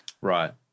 Right